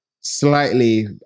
slightly